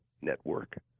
network